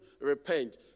repent